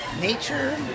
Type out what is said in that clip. Nature